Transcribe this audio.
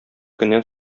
көннән